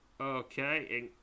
Okay